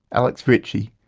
alex ritchie,